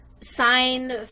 sign